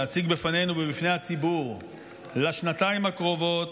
להציג בפנינו ובפני הציבור לשנתיים הקרובות,